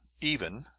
even,